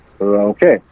Okay